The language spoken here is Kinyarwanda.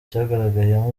cyagaragayemo